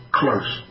close